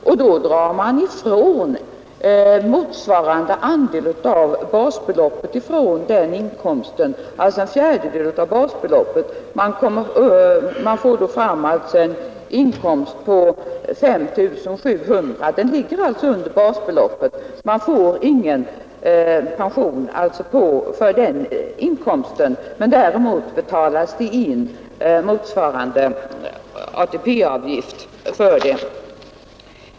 Från inkomsten drar man motsvarande andel av basbeloppet, dvs. en fjärdedel. Därigenom får man fram en inkomst på 5 700 kronor, en siffra som ligger under basbeloppet. Det blir alltså ingen pension för denna inkomst. Däremot inbetalas motsvarande ATP-avgift.